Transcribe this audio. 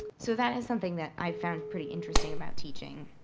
so that is something that i found pretty interesting about teaching.